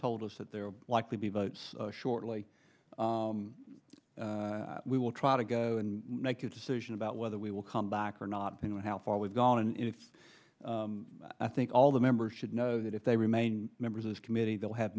told us that they're likely to be votes shortly we will try to go and make a decision about whether we will come back or not you know how far we've gone in i think all the members should know that if they remain members of this committee they'll have